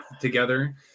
together